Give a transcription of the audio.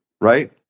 right